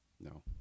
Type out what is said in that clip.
No